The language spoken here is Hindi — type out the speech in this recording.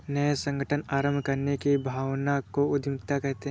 नये संगठन आरम्भ करने की भावना को उद्यमिता कहते है